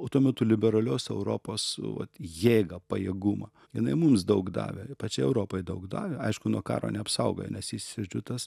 o tuo metu liberalios europos vat jėgą pajėgumą jinai mums daug davė ir pačiai europai daug davė aišku nuo karo neapsaugojo nes jis žodžiu tas